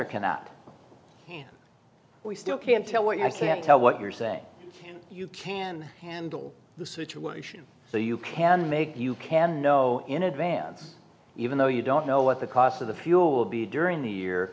or cannot we still can't tell what i can tell what you're saying you can handle the situation so you can make you can know in advance even though you don't know what the cost of the fuel will be during the year